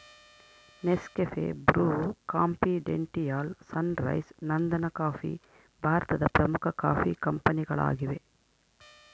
Nescafe, Bru, ಕಾಂಫಿಡೆಂಟಿಯಾಲ್, Sunrise, ನಂದನಕಾಫಿ ಭಾರತದ ಪ್ರಮುಖ ಕಾಫಿ ಕಂಪನಿಗಳಾಗಿವೆ